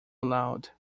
allowed